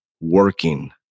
working